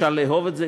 אפשר לאהוב את זה,